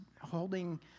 holding